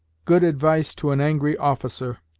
good advice to an angry officer